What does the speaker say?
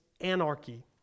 anarchy